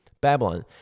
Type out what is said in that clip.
Babylon